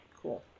cool